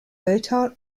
fertile